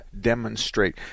demonstrate